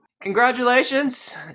Congratulations